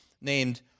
named